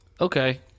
Okay